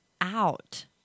out